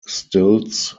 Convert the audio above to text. stilts